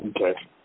Okay